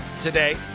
Today